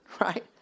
right